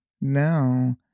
now